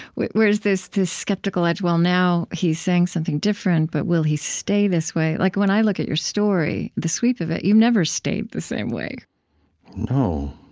there's this this skeptical edge. well, now he's saying something different, but will he stay this way? like, when i look at your story, the sweep of it, you've never stayed the same way no.